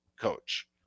coach